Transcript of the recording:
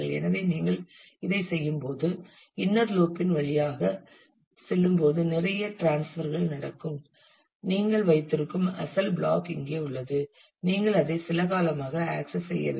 எனவே நீங்கள் இதைச் செய்யும்போது இன்னர் லூப்பின் வழியாகச் செல்லும்போது நிறைய டிரான்ஸ்பர்கள் நடக்கும் நீங்கள் வைத்திருக்கும் அசல் பிளாக் இங்கே உள்ளது நீங்கள் அதை சில காலமாக ஆக்சஸ் செய்யவில்லை